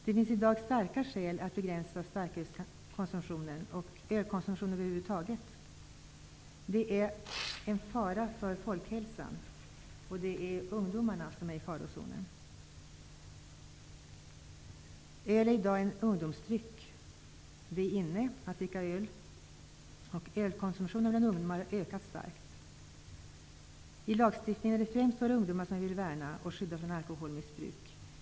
Det finns i dag starka skäl till att begränsa starkölskonsumtionen och ölkonsumtionen över huvud taget. Konsumtionen är en fara för folkhälsan. Det är ungdomarna som är i farozonen. Det finns i dag ett tryck bland ungdomarna. Det är inne att dricka öl, och ölkonsumtionen bland ungdomar har ökat starkt. Lagstiftningen vill främst värna ungdomarna och skydda dem från alkoholmissbruk.